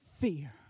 Fear